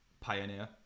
pioneer